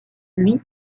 lui